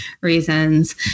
reasons